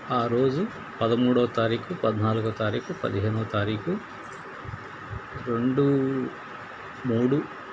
ఆ రోజు పదమూడో తారీఖు పద్నాలుగో తారీఖు పదిహేనో తారీఖు రెండు మూడు